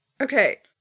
okay